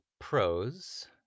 pros